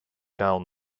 down